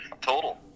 total